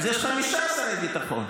אז יש חמישה שרי ביטחון.